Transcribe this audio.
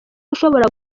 ushobora